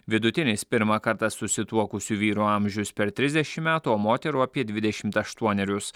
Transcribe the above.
vidutinis pirmą kartą susituokusių vyrų amžius per trisdešimt metų o moterų apie dvidešimt aštuonerius